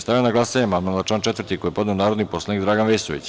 Stavljam na glasanje amandman na član 4. koji je podneo narodni poslanik Dragan Vesović.